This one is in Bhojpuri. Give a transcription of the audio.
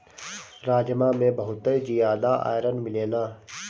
राजमा में बहुते जियादा आयरन मिलेला